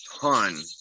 ton